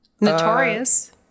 Notorious